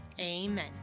Amen